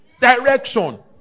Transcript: Direction